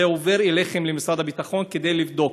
זה עובר אליכם, למשרד הביטחון, כדי לבדוק.